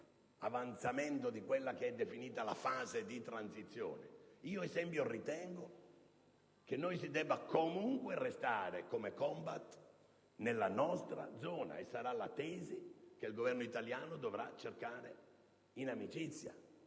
ritengo che noi si debba comunque restare come *combat* nella nostra zona, e sarà la tesi che il Governo italiano dovrà cercare, in amicizia